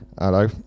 Hello